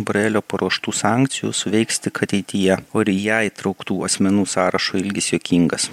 borėlio paruoštų sankcijų suveiks tik ateityje o ir į ją įtrauktų asmenų sąrašo ilgis juokingas